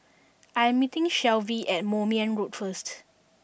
I am meeting Shelvie at Moulmein Road first